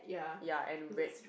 ya and red